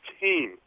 team